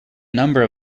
number